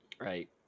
Right